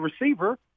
receiver